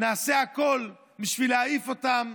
נעשה הכול בשביל להעיף אותם,